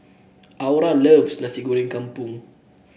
Aura loves Nasi Goreng Kampung